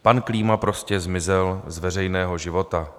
Pan Klíma prostě zmizel z veřejného života.